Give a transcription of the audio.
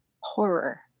horror